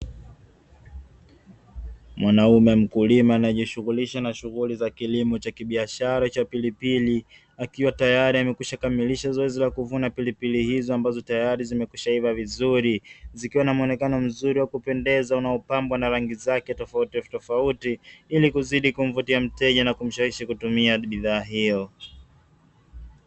Mwanaume mkulima anayejishughulisha na shughuli za kilimo cha kibiashara cha pilipili, akiwa tayari amekwishakamilisha zoezi la kuvuna pilipili hizo ambazo tayari zimekwishaiva vizuri, zikiwa na mwonekano mzuri wa kupendeza unaopambwa na rangi zake tofautitofauti ili kuzidi kumvutia mteja kumshawishi kutumia bidhaa hiyo.